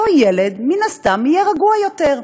אותו ילד מן הסתם יהיה רגוע יותר.